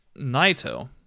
Naito